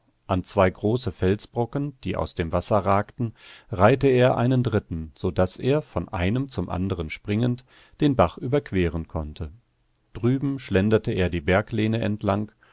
an zwei große felsbrocken die aus dem wasser ragten reihte er einen dritten so daß er von einem zum anderen springend den bach überqueren konnte drüben schlenderte er die berglehne entlang